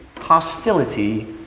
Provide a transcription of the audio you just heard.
hostility